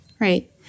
right